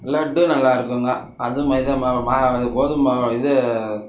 லட்டு நல்லா இருக்குங்க அதுவும் மைதா மாவ் மா கோதும் மாவு இது